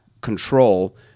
control